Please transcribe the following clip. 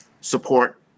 support